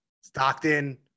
Stockton